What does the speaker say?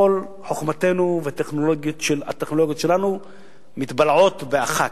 כל חוכמתנו והטכנולוגיות שלנו מתבלעות באחת.